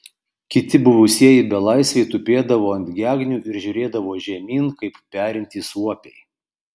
kiti buvusieji belaisviai tupėdavo ant gegnių ir žiūrėdavo žemyn kaip perintys suopiai